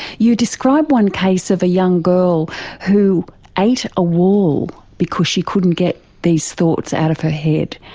you describe one case of a young girl who ate a wall because she couldn't get these thoughts out of her head.